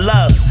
Love